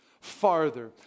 farther